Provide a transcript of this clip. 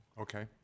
Okay